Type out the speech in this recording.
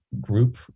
group